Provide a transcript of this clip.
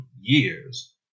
years